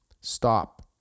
stop